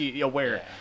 Aware